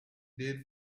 did